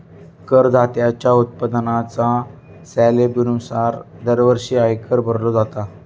करदात्याच्या उत्पन्नाच्या स्लॅबनुसार दरवर्षी आयकर भरलो जाता